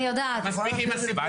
אני יודעת -- מספיק עם הסיפורים.